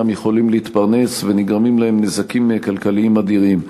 אינם יכולים להתפרנס ונגרמים להם נזקים כלכליים אדירים.